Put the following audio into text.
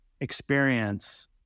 experience